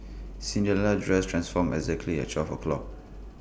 Cinderella's dress transformed exactly at twelve o'clock